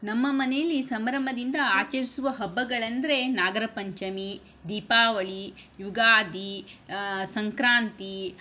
ನಮ್ಮ ಮನೆಯಲ್ಲಿ ಸಂಭ್ರಮದಿಂದ ಆಚರಿಸುವ ಹಬ್ಬಗಳೆಂದರೆ ನಾಗರಪಂಚಮಿ ದೀಪಾವಳಿ ಯುಗಾದಿ ಸಂಕ್ರಾಂತಿ